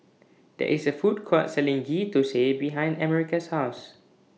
There IS A Food Court Selling Ghee Thosai behind America's House